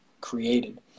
created